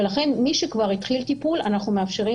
ולכן מי שכבר התחיל טיפול אנחנו מאפשרים